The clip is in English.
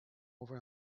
over